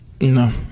No